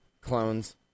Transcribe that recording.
clones